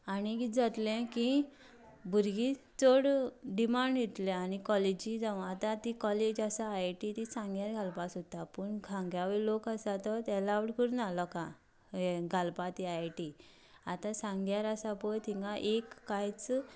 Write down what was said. आनी किदें जातलें की भुरगीं चड डिमांड येतली आनी कॉलेजी जावं आतां ती कॉलेज आसा आय आय टी ती सांग्यार घालपाक सोदतात पूण साग्यां वयलो लोक आसा तें अलावड करना लोकांक ये घालपाक ती आय आय टी आतां साग्यांर आसा पळय थिंगा एक कांयच